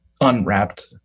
unwrapped